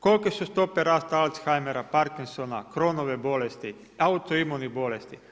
Kolike su stope rasta Alzheimera, Parkinsona, Chronove bolesti, autoimunih bolesti.